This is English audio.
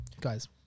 guys